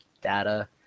data